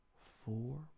four